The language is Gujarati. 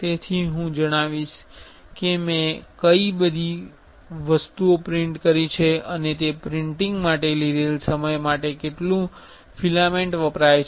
તેથી હું જાણીશ કે મેં કઇ બધી વસ્તુઓ પ્રિંટ કરી છે અને તે પ્રિન્ટિંગ માટે લીધેલ સમય માટે કેટલું ફિલામેન્ટ વપરાય છે